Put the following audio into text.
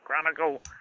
Chronicle